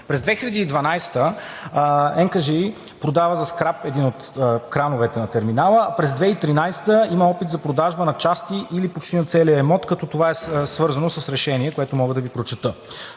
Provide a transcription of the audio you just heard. През 2012 г. НКЖИ продава за скрап един от крановете на терминала, а през 2013 г. има опит за продажба на части или почти на целия имот, като това е свързано с решение, което мога да Ви прочета,